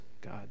God